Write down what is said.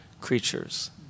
creatures